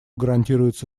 гарантируется